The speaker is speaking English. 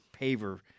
paver